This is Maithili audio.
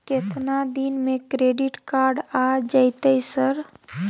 केतना दिन में क्रेडिट कार्ड आ जेतै सर?